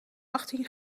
achttien